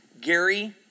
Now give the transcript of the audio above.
Gary